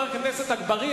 הכיסא הזה שאתה יושב עליו,